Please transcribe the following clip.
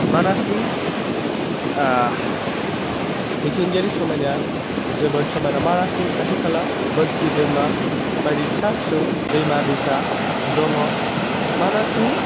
मानासनि मिथिंगायारि समायनाया जोबोद समायना मानासनि खाथि खाला बोरसि दैमा बायदि फिसा फिसौ दैमा दैसा दङ मानासनि